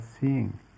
seeing